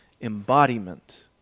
embodiment